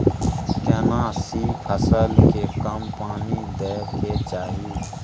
केना सी फसल के कम पानी दैय के चाही?